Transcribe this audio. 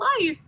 life